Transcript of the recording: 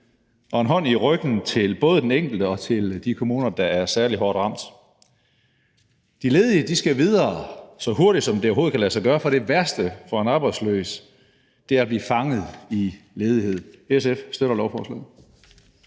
og en hånd i ryggen til både den enkelte og til de kommuner, der er særlig hårdt ramt. De ledige skal videre så hurtigt, som det overhovedet kan lade sig gøre, for det værste for en arbejdsløs er at blive fanget i ledighed. SF støtter lovforslaget.